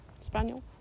spaniel